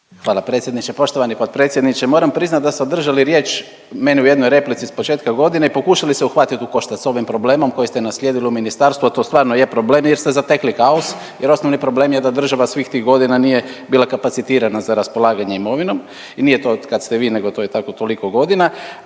Hvala predsjedniče. Poštovani potpredsjedniče, moram priznat da ste održali riječ meni u jednoj replici s početka godine i pokušali se uhvatit u koštac s ovim problemom koji ste naslijedili u ministarstvu, a to stvarno je problem jer ste zatekli kaos jer osnovni problem je da država svih tih godina nije bila kapacitirana za raspolaganje imovinom i nije to otkad ste vi nego to je tako toliko godina,